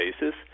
basis